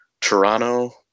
Toronto